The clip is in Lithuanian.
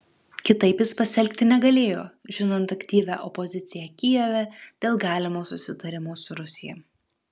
kitaip jis pasielgti negalėjo žinant aktyvią opoziciją kijeve dėl galimo susitarimo su rusija